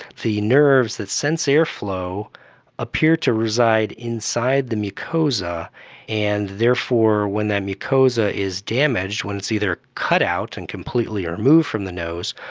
the nerves that sense airflow appear to reside inside the mucosa and therefore therefore when that mucosa is damaged, when it is either cut out and completely removed from the nose,